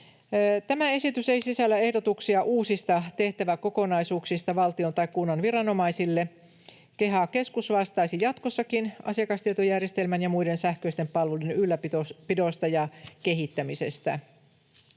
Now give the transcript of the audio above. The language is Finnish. Tämä esitys ei sisällä ehdotuksia uusista tehtäväkokonaisuuksista valtion tai kunnan viranomaisille. KEHA-keskus vastaisi jatkossakin asiakastietojärjestelmän ja muiden sähköisten palvelujen ylläpidosta ja kehittämisestä.